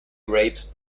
rapes